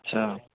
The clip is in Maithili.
अच्छा